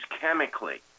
chemically